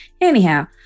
Anyhow